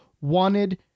wanted